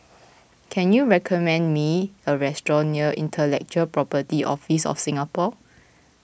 can you recommend me a restaurant near Intellectual Property Office of Singapore